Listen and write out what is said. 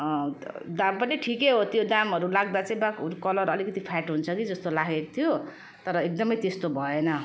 दाम पनि ठिकै हो त्यो दामहरू लाग्दा चाहिँ दाग कलर अलिकति फेड हुन्छ कि जस्तो लागेको थियो तर एकदम त्यस्तो भएन